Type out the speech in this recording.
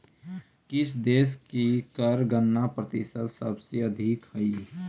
किस देश की कर गणना प्रतिशत सबसे अधिक हई